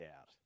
out